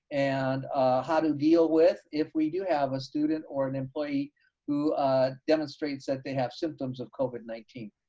and how to deal with if we do have a student or an employee who demonstrates that they have symptoms of covid nineteen.